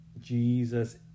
Jesus